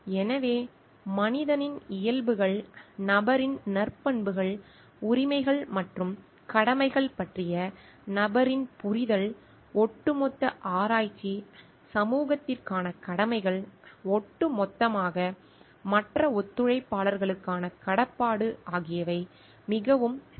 எனவே மனிதனின் இயல்புகள் நபரின் நற்பண்புகள் உரிமைகள் மற்றும் கடமைகள் பற்றிய நபரின் புரிதல் ஒட்டுமொத்த ஆராய்ச்சி சமூகத்திற்கான கடமைகள் ஒட்டுமொத்தமாக மற்ற ஒத்துழைப்பாளர்களுக்கான கடப்பாடு ஆகியவை மிகவும் முக்கியம்